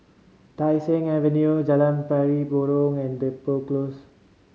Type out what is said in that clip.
Tai Seng Avenue Jalan Pari Burong and Depot Close